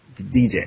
DJ